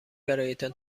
برایتان